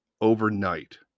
overnight